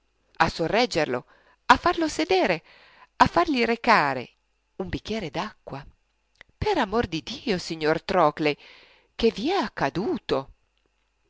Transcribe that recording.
a sorreggerlo a farlo sedere a fargli recare un bicchier d'acqua per amor di dio signor trockley che vi è accaduto